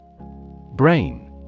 Brain